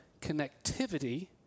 connectivity